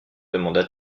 demanda